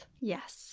Yes